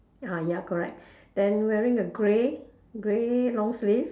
ah ya correct then wearing a grey grey long sleeve